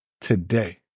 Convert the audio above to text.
today